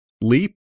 leap